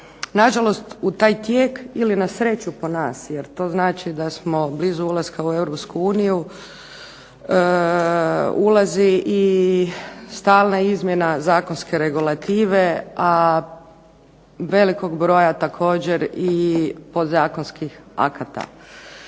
Na žalost u taj tijek ili na sreću po nas jer to znači da smo blizu ulaska u Europsku uniju ulazi i stalna izmjena zakonske regulative, a velikog broja također i podzakonskih akata.